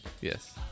Yes